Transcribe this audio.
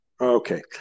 Okay